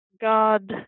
God